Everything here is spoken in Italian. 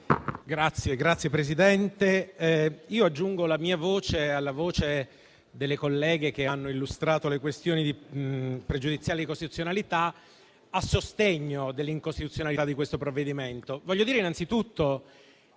Signor Presidente, aggiungo la mia voce alla voce delle colleghe che hanno illustrato le questioni pregiudiziali di costituzionalità a sostegno dell'incostituzionalità di questo provvedimento.